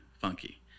funky